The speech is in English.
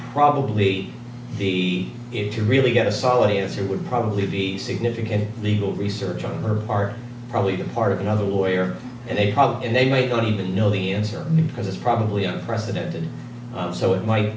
probably the if you really get a solid answer would probably be significant legal research on her part probably the part of another lawyer and they and they may get even know the answer because it's probably unprecedented so it might